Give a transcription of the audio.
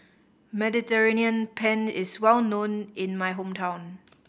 Mediterranean Penne is well known in my hometown